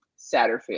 Satterfield